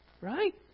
Right